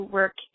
work